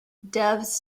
doves